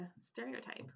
stereotype